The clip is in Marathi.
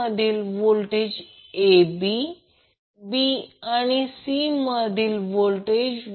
87° Ω असेल लाईन व्होल्टेज 208V आहे म्हणून लाईन करंट असेल तो स्टार कनेक्टड आहे